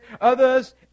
others